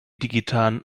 digitalen